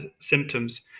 symptoms